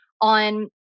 on